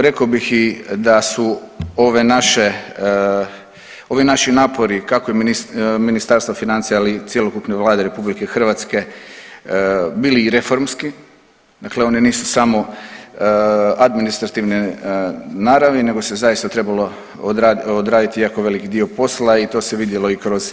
Rekao bih da su ovi naši napori kako i Ministarstva financija, ali i cjelokupne Vlade RH bili reformski, dakle oni nisu sami administrativne naravi nego se zaista trebalo odraditi jako velik dio posla i to se vidjelo i kroz